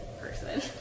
person